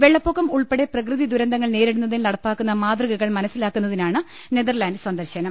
വെള്ളപ്പൊക്കം ഉൾപ്പെടെ പ്രകൃതി ദുരന്തങ്ങൾ നേരി ടുന്നതിൽ നടപ്പാക്കുന്ന മാതൃകകൾ മനസ്സിലാക്കുന്നതിനാണ് നെതർലാൻഡ് സന്ദർശനം